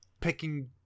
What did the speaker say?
picking